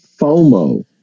FOMO